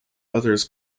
others